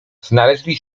znaleźli